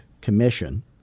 commission